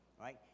Right